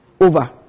over